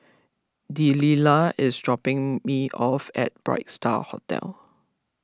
Delila is dropping me off at Bright Star Hotel